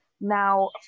now